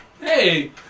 Hey